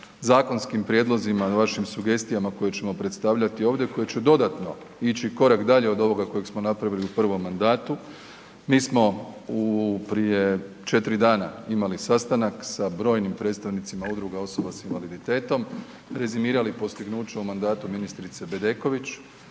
zakonskim prijedlozima i vašim sugestijama koje ćemo predstavljati ovdje, koje će dodatno ići korak dalje od ovoga kojeg smo napravili u prvom mandatu. Mi smo u, prije 4 dana imali sastanak sa brojnim predstavnicima udruga osoba s invaliditetom, rezimirali postignuća u mandatu ministrice Bedeković,